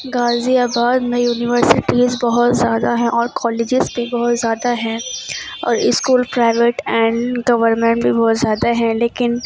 غازی آباد میں یونیورسٹیز بہت زیادہ ہیں اور کالجز بھی بہت زیادہ ہیں اور اسکول پرائیویٹ اینڈ گورمنٹ بھی بہت زیادہ ہیں لیکن